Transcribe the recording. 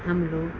हम लोग